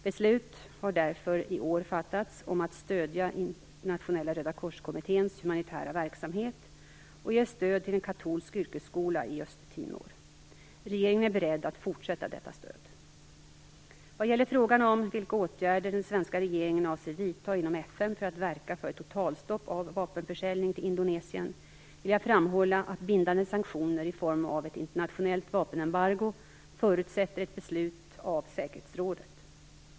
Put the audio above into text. Beslut har därför i år fattats om att stödja Internationella Röda kors-kommitténs humanitära verksamhet och ge stöd till en katolsk yrkesskola i Östtimor. Regeringen är beredd att fortsätta detta stöd. Vad gäller frågan om vilka åtgärder den svenska regeringen avser vidta inom FN för att verka för ett totalstopp av vapenförsäljning till Indonesien vill jag framhålla att bindande sanktioner i form av ett internationellt vapenembargo förutsätter ett beslut av säkerhetsrådet.